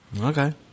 Okay